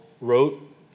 wrote